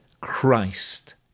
Christ